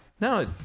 No